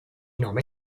nome